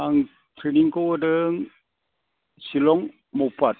आं थ्रिनिंखौ होदों सिलं मोवफाद